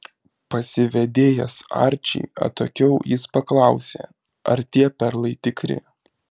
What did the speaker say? pasivedėjęs arčį atokiau jis paklausė ar tie perlai tikri